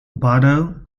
butter